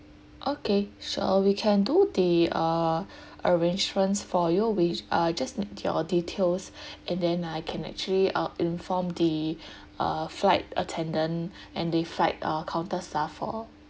okay sure uh we can do the uh arrangements for you which uh I just need your details and then I can actually uh inform the uh flight attendant and the flight uh counter staff for